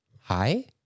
Hi